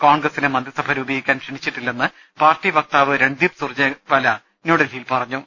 കോൺഗ്രസിനെ മന്ത്രിസഭ രൂപീകരിക്കാൻ ക്ഷണിച്ചില്ലെന്ന് പാർട്ടി വക്താവ് രൺദീപ് സിംഗ് സുർജേവാല ന്യൂഡൽഹിയിൽ പറഞ്ഞു